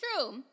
True